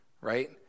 right